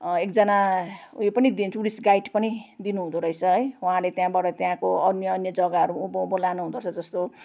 एकजना ऊ यो पनि दिनु टुरिस्ट गाइड पनि दिनुहुँदो रहेछ उहाँले त्यहाँबाट त्यहाँको अन्य अन्य जग्गाहरू उँभो उँभो लानुहुँदो रहेछ जस्तो